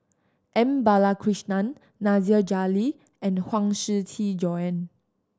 M Balakrishnan Nasir Jalil and Huang Shiqi Joan